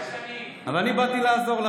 אבל אני באתי לעזור לכם.